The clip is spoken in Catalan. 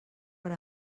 per